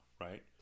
right